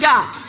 God